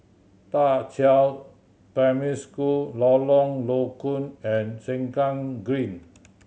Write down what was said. Da Qiao Primary School Lorong Low Koon and Sengkang Green